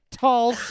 tall